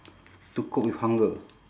to cook with hunger